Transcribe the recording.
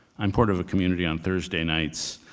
i'm part of a community on thursday nights.